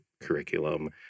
curriculum